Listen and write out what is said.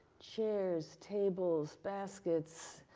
chairs, tables, baskets.